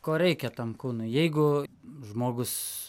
ko reikia tam kūnui jeigu žmogus